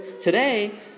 today